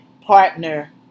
partner